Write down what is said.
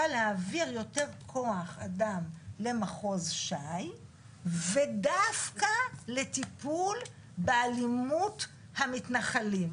להעביר יותר כוח אדם למחוז ש"י ודווקא לטיפול באלימות המתנחלים.